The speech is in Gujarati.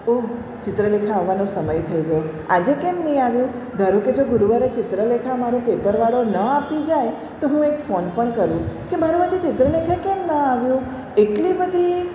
ઓહ ચિત્રલેખા આવવાનો સમય થઈ ગયો આજે કેમ નહીં આવ્યું ધારો કે જો ગુરુવારે ચિત્રલેખા મારું પેપરવાળો ન આપી જાય તો હું એક ફોન પણ કરું કે મારા માટે ચિત્રલેખા કેમ ના આવ્યો એટલી બધી